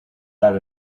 that